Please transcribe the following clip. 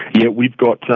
yeah, we've got,